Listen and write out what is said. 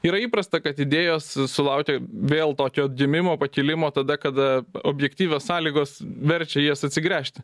yra įprasta kad idėjos su sulaukia vėl tokio atgimimo pakilimo tada kada objektyvios sąlygos verčia į jas atsigręžti